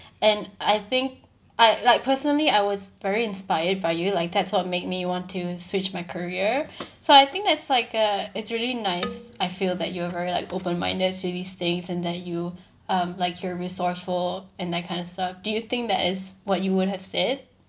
and I think I like personally I was very inspired by you like that's what make me want to switch my career so I think that's like uh it's really nice I feel that you are very like open minded to these things and that you um like you're resourceful and that kind of stuff do you think that is what you would have said